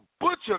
Butcher